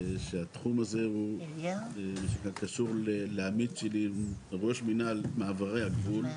התחום הזה קשור לעמית שלי של ראש מנהל מעברי הגבול,